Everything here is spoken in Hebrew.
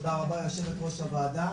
תודה רבה יו"ר הוועדה.